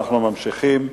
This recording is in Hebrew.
אנחנו ממשיכים.